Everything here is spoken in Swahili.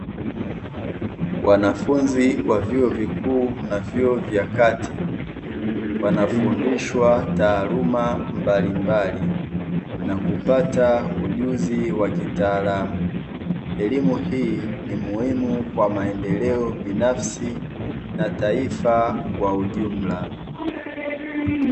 Wanafunzi wa vyuo vikuu na vyuo vya kati wanafundishwa taaluma mbali mbali na kupata ujuzi wa kitaalamu, elimu hii ni muhimu kwa maendeleo binafsi na taifa kwa ujumla.